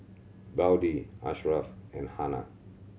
Budi Ashraf and Hana